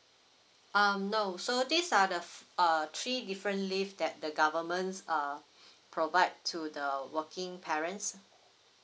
um no so these are the f~ err three different leave that the government's uh provide to the working parents